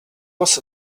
was